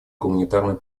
гуманитарной